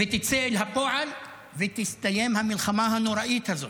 היא תצא לפועל ותסתיים המלחמה הנוראית הזאת,